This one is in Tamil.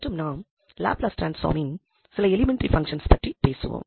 மற்றும் நாம் லாப்லஸ் டிரான்ஸ்பார்மின் சில எலிமென்டரி ஃபங்ஷன்ஸ் பற்றிப் பேசுவோம்